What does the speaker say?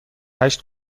هشت